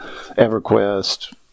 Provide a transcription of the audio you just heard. everquest